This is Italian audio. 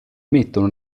emettono